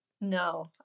No